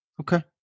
Okay